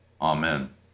Amen